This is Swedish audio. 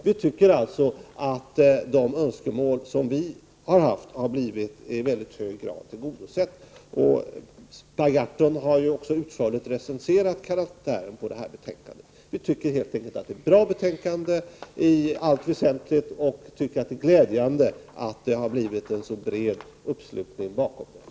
Vi tycker alltså att de önskemål som vi har haft i väldigt hög grad har blivit tillgodosedda. Per Gahrton har utförligt recenserat karaktären på betänkandet. Vi tycker helt enkelt att det i allt väsentligt är ett bra betänkande. Vi tycker som sagt att det är glädjande att det har blivit en så bred uppslutning kring det.